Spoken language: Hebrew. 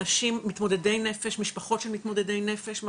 אנשים מתמודדי נפש, משפחות של מתמודדי נפש,